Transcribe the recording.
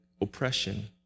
oppression